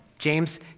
James